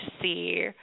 see